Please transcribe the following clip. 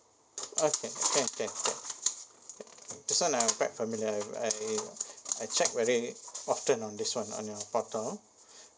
okay can can can this one I'm not familiar I I I check very often on this one on your portal